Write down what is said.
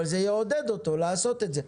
בל זה יעוד אותו לעשות את זה.